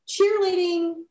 cheerleading